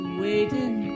waiting